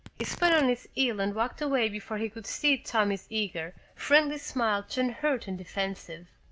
he spun on his heel and walked away before he could see tommy's eager friendly smile turn hurt and defensive.